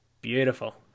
Beautiful